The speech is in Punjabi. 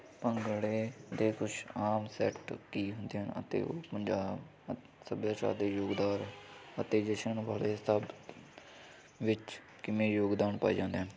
ਭੰਗੜੇ ਦੇ ਕੁਛ ਆਮ ਸਟੈਪ ਕੀ ਹੁੰਦੇ ਹਨ ਅਤੇ ਉਹ ਪੰਜਾਬ ਸੱਭਿਆਚਾਰ ਦੇ ਯੋਗਦਾਨ ਅਤੇ ਜਸ਼ਨ ਵਾਲੇ ਸਾਬਤ ਵਿੱਚ ਕਿੰਨੇ ਯੋਗਦਾਨ ਪਾਏ ਜਾਂਦੇ ਹਨ